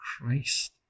Christ